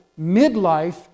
midlife